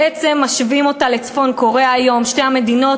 בעצם, משווים אותה לצפון-קוריאה, שתי המדינות